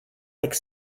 like